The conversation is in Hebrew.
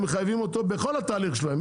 הם מחייבים אותו בכל התהליך שלהם,